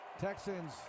Texans